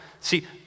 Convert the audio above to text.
See